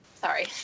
Sorry